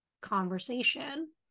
conversation